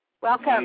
Welcome